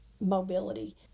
mobility